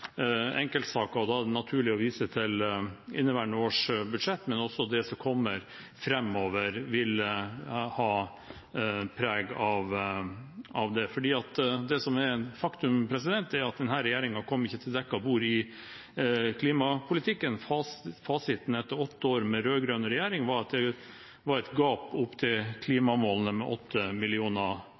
enkeltsaker, og da er det naturlig å vise til inneværende års budsjett, men også de som kommer framover, vil ha preg av det. For det som er faktum, er at denne regjeringen ikke kom til dekket bord i klimapolitikken. Fasiten etter åtte år med rød-grønn regjering var et gap opp til klimamålene på 8 mill. tonn, og regjeringen, sammen med